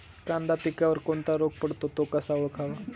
कांदा पिकावर कोणता रोग पडतो? तो कसा ओळखावा?